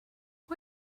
why